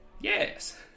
Yes